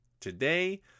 Today